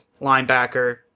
linebacker